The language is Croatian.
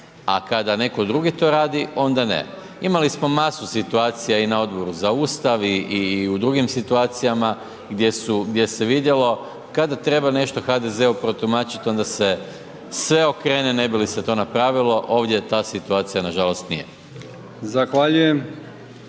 a kada netko drugi to radi onda ne. Imali smo masu situacija i na Odboru za Ustav i u drugim situacijama gdje se vidjelo kada treba nešto HDZ-u protumačit onda se sve okrene ne bi li se to napravilo ovdje ta situacija nažalost nije.